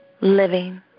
living